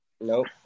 Nope